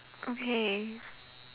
okay